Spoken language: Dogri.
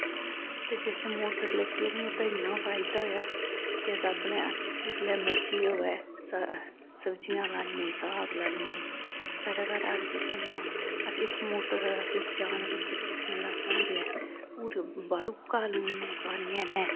ते जिसलै मोटर लग्गी असें ओह्दा इन्ना फायदा होया के अस अपनै जिसलै मर्जी होऐ स सब्जियां लान्ने साग लान्ने साढ़ै घर हर किश होंदा अस इक मोटर दा सुच्च आन करियै दिक्खने तां पूरे पूरे बाड़ु घालूने पानियैं नै